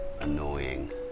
annoying